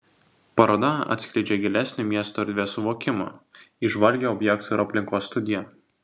paroda atskleidžia gilesnį miesto erdvės suvokimą įžvalgią objekto ir aplinkos studiją